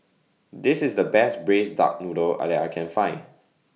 This IS The Best Braised Duck Noodle that I Can Find